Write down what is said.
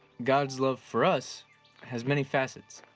god's love for us has many facets.